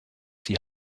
die